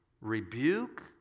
rebuke